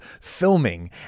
filming